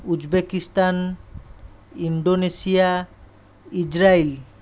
Uzbekistan Indonesia Israel